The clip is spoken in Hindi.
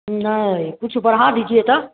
नहीं कुछ बढ़ा दीजिए तो